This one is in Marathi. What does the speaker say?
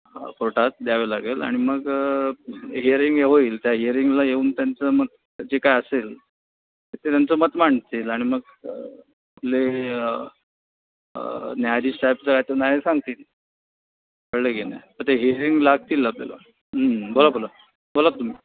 हां कोर्टात द्यावं लागेल आणि मग हिअरिंग होईल त्या हिअरिंगला येऊन त्यांचं मत जे काय असेल तर ते त्यांचं मत मांडतील आणि मग ले न्यायाधीश साहेब जो आहे तो न्याय सांगतील कळलं की नाही तर ते हिअरिंग लागतील आपल्याला बोला बोला बोला तुम्ही